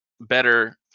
better